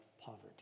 poverty